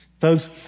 Folks